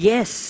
Yes